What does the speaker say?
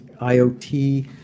IoT